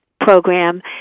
program